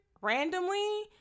randomly